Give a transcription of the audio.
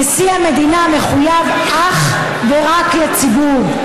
נשיא המדינה מחויב אך ורק לציבור.